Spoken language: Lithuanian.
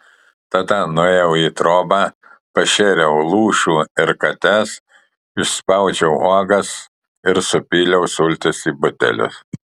tada nuėjau į trobą pašėriau lūšių ir kates išspaudžiau uogas ir supyliau sultis į butelius